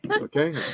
Okay